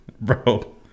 Bro